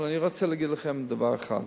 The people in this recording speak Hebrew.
אבל אני רוצה להגיד לכם דבר אחד,